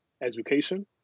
education